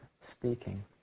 speaking